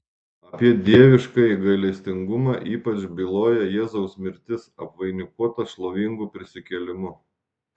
apie dieviškąjį gailestingumą ypač byloja jėzaus mirtis apvainikuota šlovingu prisikėlimu